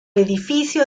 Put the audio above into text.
edificio